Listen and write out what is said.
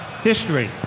history